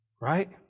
Right